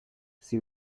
she